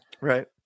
Right